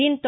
దీంతో